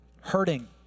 hurting